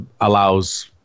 allows